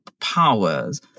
powers